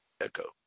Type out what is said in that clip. Echo